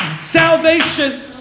salvation